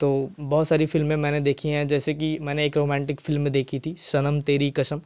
तो बहुत सारी फ़िल्में देखी है जैसे कि मैंने एक रोमेंटिक फ़िल्म देखी थी सनम तेरी कसम